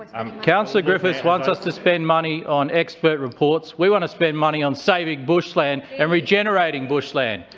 um councillor griffiths wants us to spend money on expert reports. we want to spend money on saving bushland and regenerating bushland.